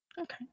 Okay